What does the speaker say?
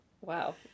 Wow